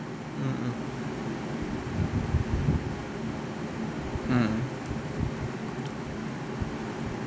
mm mm mm